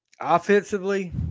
Offensively